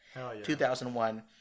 2001